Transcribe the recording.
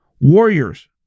warriors